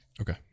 Okay